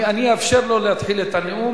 אני אאפשר לו להתחיל את הנאום,